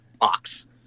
box